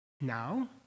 Now